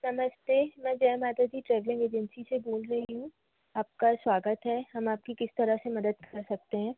नमस्ते मैं Jai Mata Di travelling agency से बोल रही हूँ आपका स्वागत है हम आपकी किस तरह से मदद कर सकते हैं